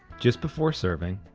just before serving,